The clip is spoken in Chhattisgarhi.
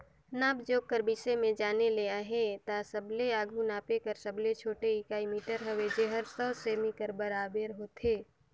नाप जोख कर बिसे में जाने ले अहे ता सबले आघु नापे कर सबले छोटे इकाई मीटर हवे जेहर सौ सेमी कर बराबेर होथे